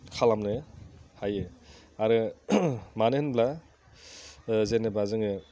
खालामनो हायो आरो मानो होनोब्ला जेनेबा जोङो